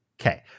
Okay